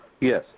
Yes